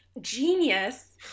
genius